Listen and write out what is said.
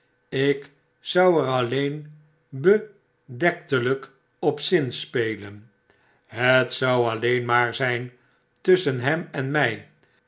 ik zou er alleen bedektelyk op zinspelen het zou alleen maar zyn tusschen hem en my